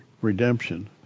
redemption